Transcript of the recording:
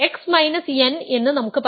x n എന്ന് നമുക്ക് പറയാം